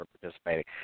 participating